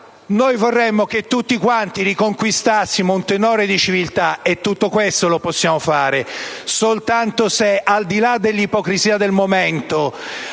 soprattutto che tutti quanti riconquistassimo un tenore di civiltà. Ebbene, tutto questo lo possiamo fare soltanto se, al di là dell'ipocrisia del momento,